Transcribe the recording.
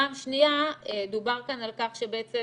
פעם שנייה, דובר כאן על כך שבעצם